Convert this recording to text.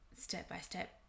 step-by-step